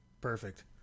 Perfect